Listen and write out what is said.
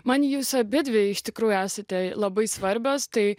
man jūs abidvi iš tikrųjų esate labai svarbios tai